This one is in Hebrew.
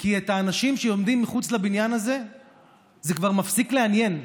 כי את האנשים שעומדים מחוץ לבניין הזה זה כבר מפסיק לעניין.